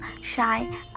shy